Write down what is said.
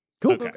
Cool